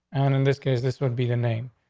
and in this case, this would be the name.